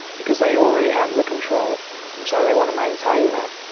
because they already have the control and so they want to maintain that.